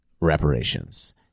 Reparations